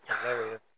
hilarious